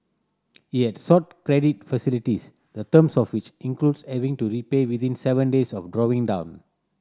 he had sought credit facilities the terms of which includes having to repay within seven days of drawing down